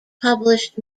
published